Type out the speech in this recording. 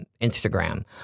Instagram